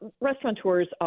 restaurateurs